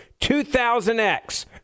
2000X